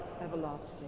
everlasting